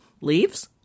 Leaves